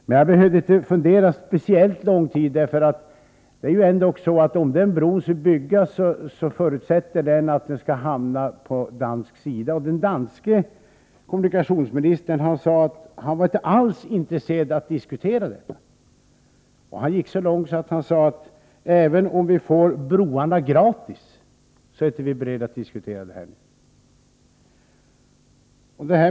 Men jag behövde inte fundera speciellt lång tid, för om den bron skulle byggas förutsätter det att den skall hamna på dansk sida, och den danske kommunikationsministern sade att han inte alls var intresserad av att diskutera detta. Han gick så långt att han sade: Även om vi får broarna gratis, är vi inte beredda att diskutera detta nu.